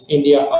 India